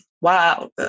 Wow